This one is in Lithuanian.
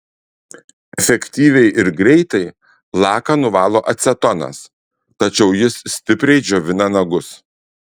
efektyviai ir greitai laką nuvalo acetonas tačiau jis stipriai džiovina nagus